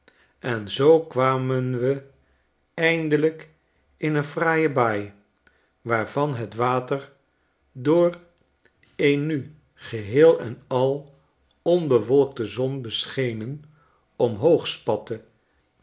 en zoo kwamen we eindelijk in een fraaie baai waarvan het water door een nu geheel en al onbewolkte zon beschenen omhoog spatte